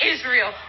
Israel